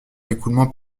écoulement